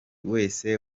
wese